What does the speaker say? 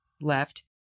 left